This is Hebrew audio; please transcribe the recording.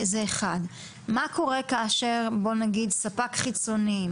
מה קורה כאשר ספק חיצוני,